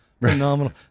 phenomenal